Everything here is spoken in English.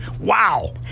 wow